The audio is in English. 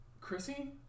Chrissy